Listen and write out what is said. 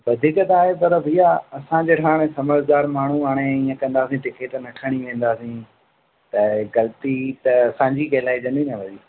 वधीक तव्हां फ़र्क़ ई आहे असांजे माण्हू समझदार माण्हू हाणे ईअं कंदा टिकट न खणी वेंदा त ग़लती त असांजी कहलाइजंदी न वरी